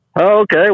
Okay